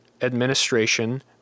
administration